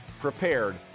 prepared